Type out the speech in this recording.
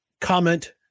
comment